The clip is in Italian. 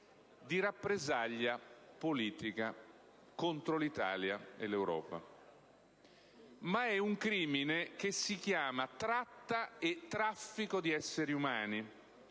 di rappresaglia politica contro l'Italia e l'Europa. Ma è un crimine che si chiama "tratta" e "traffico" di esseri umani,